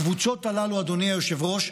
הקבוצות הללו, אדוני היושב-ראש,